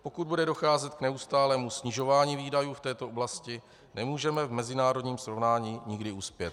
Pokud bude docházet k neustálému snižování výdajů v této oblasti, nemůžeme v mezinárodním srovnání nikdy uspět.